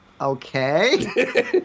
Okay